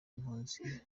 impunzi